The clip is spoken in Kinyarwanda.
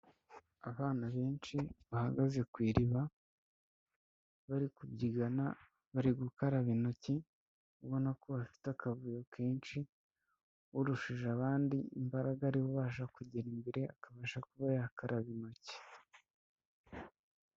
Abana benshi bahagaze ku iriba bari kubyigana, bari gukaraba intoki, ubona ko afite akavuyo kenshi, urushije abandi imbaraga ari we ubasha kugera imbere, akabasha kuba yakaraba intoki.